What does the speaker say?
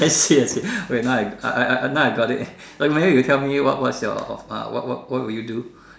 I see I see wait now I I I now I got it only you tell me what what's your uh what what what would you do